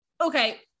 Okay